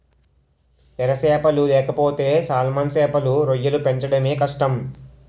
ఎర సేపలు లేకపోతే సాల్మన్ సేపలు, రొయ్యలు పెంచడమే కష్టం